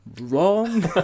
wrong